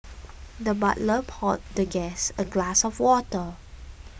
the butler poured the guest a glass of water